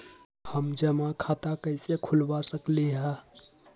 हम जमा खाता कइसे खुलवा सकली ह?